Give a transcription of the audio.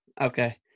Okay